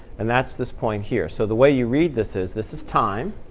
and that's this point here. so the way you read this is, this this time.